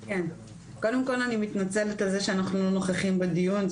קודם כל אני מתנצלת על זה שאנחנו לא נוכחים בדיון,